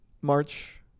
March